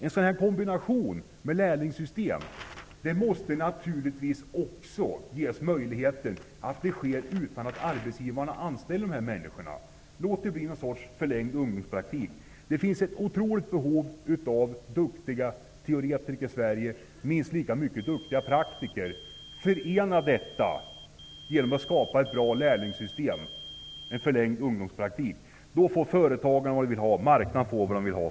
En kombination med lärlingssystem måste vara möjligt utan att arbetsgivarna skall behöva anställa människorna. Låt det bli någon sorts förlängd ungdomspraktik. Det finns ett otroligt behov av duktiga teoretiker i Sverige och minst lika många duktiga praktiker. Förena detta genom att skapa ett bra lärlingssystem, dvs. en förlängd ungdomspraktik. Då får företagaren vad han vill ha, och marknaden får vad den vill ha.